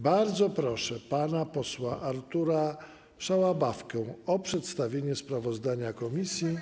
Bardzo proszę pana posła Artura Szałabawkę o przedstawienie sprawozdania komisji.